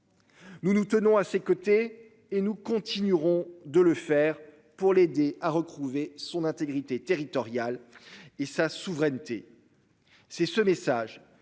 Nous nous tenons à ses côtés et nous continuerons de le faire pour l'aider à retrouver son intégrité territoriale et sa souveraineté. C'est ce message